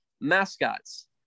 mascots